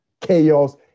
chaos